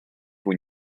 when